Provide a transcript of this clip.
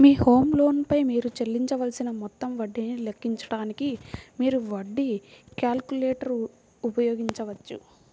మీ home loan పై మీరు చెల్లించవలసిన మొత్తం వడ్డీని లెక్కించడానికి, మీరు వడ్డీ క్యాలిక్యులేటర్ ఉపయోగించవచ్చు